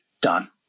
done